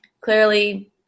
clearly